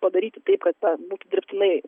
padaryti taip kad na būtų dirbtinai